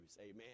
Amen